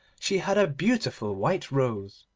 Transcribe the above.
she had a beautiful white rose.